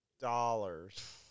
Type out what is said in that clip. dollars